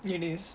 it is